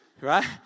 Right